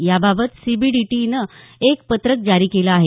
याबाबत C B D टीनं एक पत्रक जारी केलं आहे